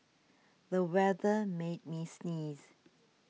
the weather made me sneeze